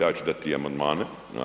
Ja ću dati i amandmane.